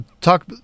Talk